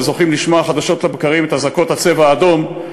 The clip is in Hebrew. שזוכים לשמוע חדשות לבקרים את אזעקות "צבע אדום"